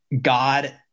God